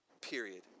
Period